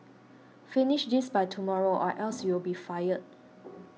finish this by tomorrow or else you'll be fired